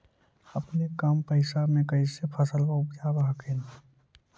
अपने कम पैसा से कैसे फसलबा उपजाब हखिन?